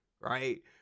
right